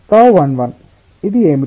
τ11 ఇది ఏమిటి